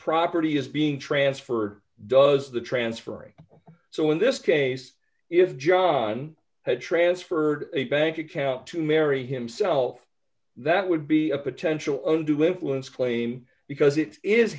property is being transferred does the transferee so in this case if john had transferred a bank account to mary himself that would be a potential undue influence claim because it is